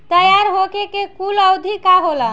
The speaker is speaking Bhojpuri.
तैयार होखे के कूल अवधि का होला?